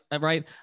Right